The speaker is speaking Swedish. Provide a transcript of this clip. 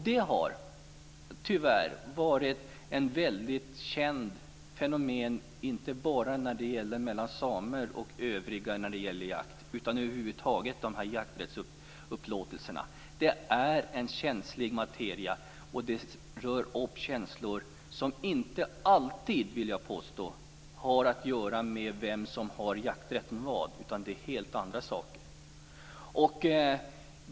Det har tyvärr varit ett väldigt känt fenomen inte bara mellan samer och övriga när det gäller jakt, utan det gäller de här jakträttsupplåtelserna över huvud taget. Det är känslig materia. Det rör upp känslor som inte alltid, vill jag påstå, har att göra med vem som har jakträtten var. Det kan också vara helt andra saker.